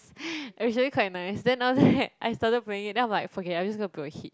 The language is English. it was really quite nice then after that I started playing it then I'm like forget it I'm just going to book a hitch